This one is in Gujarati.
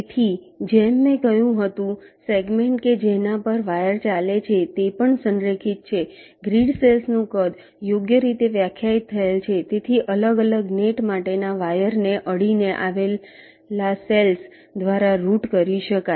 તેથી જેમ મેં કહ્યું હતું સેગમેન્ટ કે જેના પર વાયર ચાલે છે તે પણ સંરેખિત છે ગ્રીડ સેલ્સ નું કદ યોગ્ય રીતે વ્યાખ્યાયિત થયેલ છે તેથી અલગ અલગ નેટ માટેના વાયરને અડીને આવેલા સેલ્સ દ્વારા રૂટ કરી શકાય